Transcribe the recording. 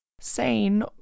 SANE